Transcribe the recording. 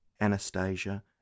Anastasia